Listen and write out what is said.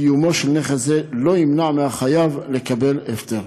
קיומו של נכס זה לא ימנע מהחייב לקבל הפטר.